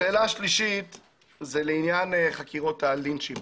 השאלה השלישית היא לעניין חקירות הלינצ'ים.